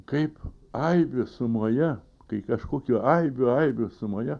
kaip aibių sumoje kai kažkokių aibių aibių sumoje